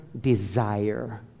desire